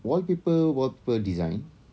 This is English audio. wallpaper-wallpaper design